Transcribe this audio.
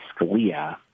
Scalia